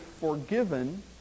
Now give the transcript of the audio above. forgiven